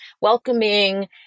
welcoming